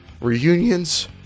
reunions